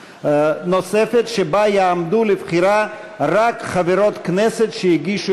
שבה יעמדו לבחירה רק חברות הכנסת שהגישו